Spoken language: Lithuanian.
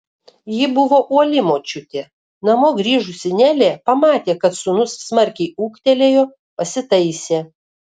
ji buvo uoli močiutė namo grįžusi nelė pamatė kad sūnus smarkiai ūgtelėjo pasitaisė